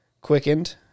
quickened